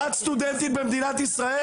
את סטודנטית במדינת ישראל?